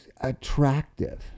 attractive